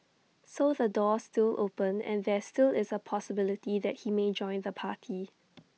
so the door's still open and there still is A possibility that he may join the party